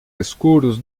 escuros